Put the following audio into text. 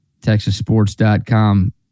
TexasSports.com